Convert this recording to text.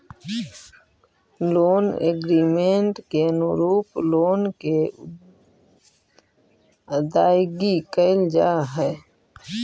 loan agreement के अनुरूप loan के अदायगी कैल जा हई